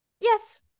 Yes